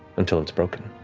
until it's broken.